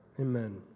Amen